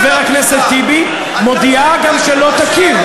מי צריך הכרה שלהם בכלל?